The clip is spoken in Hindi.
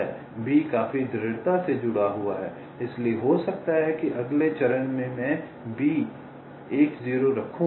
B काफी दृढ़ता से जुड़ा हुआ है इसलिए हो सकता है कि अगले चरण में मैं B 10 रखूं